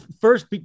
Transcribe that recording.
first